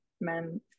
men